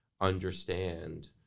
understand